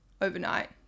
overnight